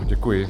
Děkuji.